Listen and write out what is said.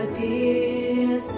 dear